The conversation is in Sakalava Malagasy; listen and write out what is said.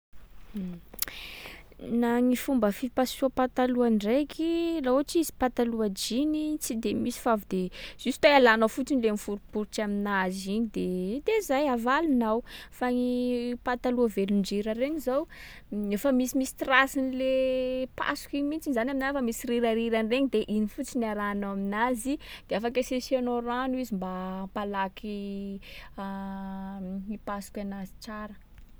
Na ny fomba fipasoha pataloha ndraiky laha ohatsy izy pataloha jeans i, tsy de misy fa avy de juste hoe alanao fotsiny le miforiporitsy aminazy iny de he de zay, avalonao. Fa gny pataloha velondrira regny zao, efa misimisy tracen’le pasoky iny mihitsiny zany aminy ao, fa misy rirarirany regny de iny fotsiny arahanao aminazy de afaky asiàsiànao rano izy mba hampalaky hipasoky anazy tsara.